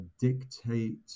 dictate